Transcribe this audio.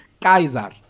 Kaiser